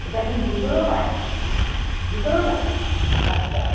এটা কি জুতো দোকান জুতো দোকান আচ্ছা